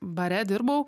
bare dirbau